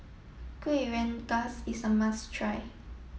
Kueh Rengas is a must try